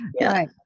Right